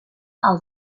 all